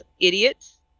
idiot's